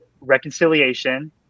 reconciliation